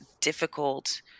difficult